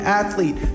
athlete